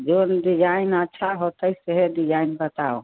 जोन design अच्छा होतै सेहे डिजाइन बताउ